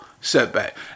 setback